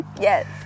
Yes